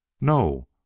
No